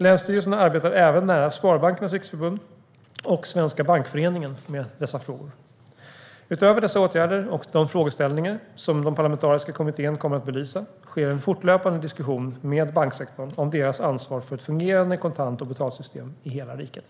Länsstyrelserna arbetar även nära Sparbankernas Riksförbund och Svenska Bankföreningen med dessa frågor. Utöver dessa åtgärder och de frågeställningar som den parlamentariska kommittén kommer att belysa sker en fortlöpande diskussion med banksektorn om deras ansvar för ett fungerande kontant och betalsystem i hela riket.